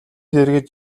дэргэд